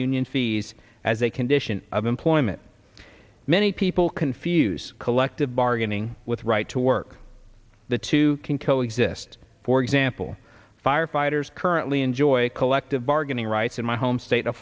union fees as a condition of employment many people confuse collective bargaining with right to work the two can co exist for example firefighters currently enjoy collective bargaining rights in my home state of